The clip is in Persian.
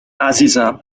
عزیزم